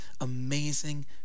Amazing